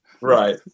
Right